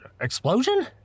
Explosion